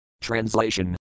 Translation